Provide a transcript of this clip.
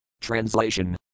Translation